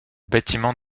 bâtiment